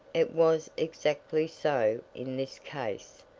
it was exactly so in this case.